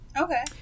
okay